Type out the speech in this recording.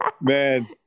Man